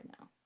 now